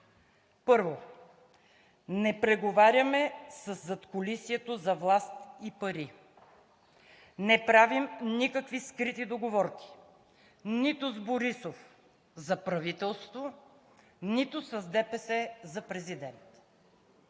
Първо, не преговаряме със задкулисието за власт и пари. Не правим никакви скрити договорки – нито с Борисов за правителство, нито с ДПС за президент.